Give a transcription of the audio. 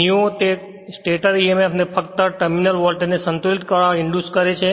nio તે stator emf ને ફક્ત ટર્મિનલ વોલ્ટેજને સંતુલિત કરવા ઇંડ્યુસ કરે છે